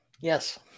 Yes